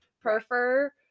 prefer